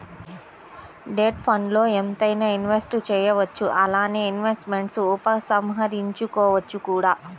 debt ఫండ్స్ల్లో ఎంతైనా invest చేయవచ్చు అలానే ఇన్వెస్ట్మెంట్స్ను ఉపసంహరించుకోవచ్చు కూడా